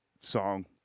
song